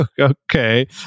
Okay